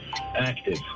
Active